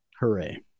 Hooray